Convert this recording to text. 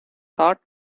thought